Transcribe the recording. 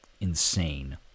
insane